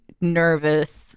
nervous